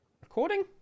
recording